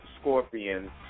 scorpions